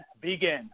begin